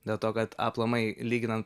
dėl to kad aplamai lyginant